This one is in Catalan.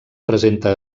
presenta